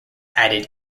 added